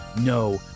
no